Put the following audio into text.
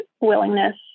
willingness